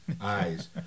eyes